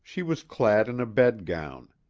she was clad in a bedgown.